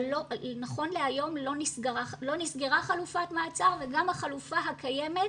נכון להיום לא נסגרה חלופת מעצר וגם החלופה הקיימת,